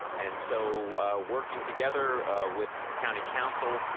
and so working together with county council,